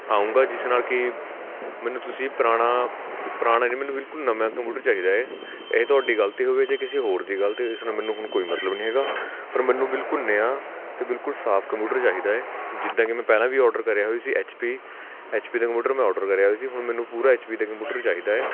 ਆਵਾਂਗਾ ਜਿਸ ਨਾਲ ਕਿ ਮੈਨੂੰ ਤੁਸੀਂ ਪੁਰਾਣਾ ਪੁਰਾਣੇ ਨਹੀਂ ਮੈਨੂੰ ਬਿਲਕੁਲ ਨਵਾਂ ਕੰਪਿਊਟਰ ਚਾਹੀਦਾ ਹੈ ਇਹ ਤੁਹਾਡੀ ਗਲਤੀ ਹੋਵੇ ਜਾਂ ਕਿਸੇ ਹੋਰ ਦੀ ਗਲਤੀ ਹੋਵੇ ਇਸ ਨਾਲ ਮੈਨੂੰ ਕੋਈ ਉਹ ਨਹੀਂ ਹੈਗਾ ਪਰ ਮੈਨੂੰ ਬਿਲਕੁਲ ਨਿਆਂ ਅਤੇ ਬਿਲਕੁਲ ਸਾਫ਼ ਕੰਪਿਊਟਰ ਚਾਹੀਦਾ ਹੈ ਜਿੱਦਾਂ ਕਿ ਮੈਂ ਪਹਿਲਾਂ ਵੀ ਆਡਰ ਕਰਿਆ ਹੋਈ ਸੀ ਐਚਪੀ ਐਚ ਪੀ ਦੇ ਕੰਪਿਊਟਰ ਮੈਂ ਆਡਰ ਕਰਿਆ ਸੀ ਹੁਣ ਮੈਨੂੰ ਪੂਰਾ ਐਚ ਪੀ ਦਾ ਕੰਪਿਊਟਰ ਚਾਹੀਦਾ ਹੈ